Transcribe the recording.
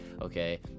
okay